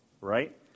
right